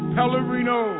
Pellerino